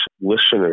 listeners